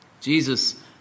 Jesus